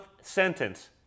sentence